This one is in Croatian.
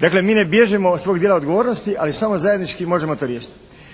Dakle, mi ne bježimo od svog dijela odgovornosti, ali samo zajednički možemo to riješiti.